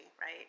right